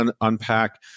unpack